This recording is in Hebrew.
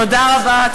תודה רבה.